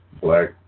black